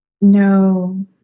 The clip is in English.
No